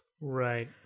Right